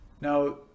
Now